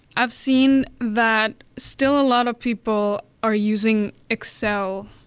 i've seen that still a lot of people are using excel,